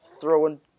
throwing